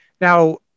Now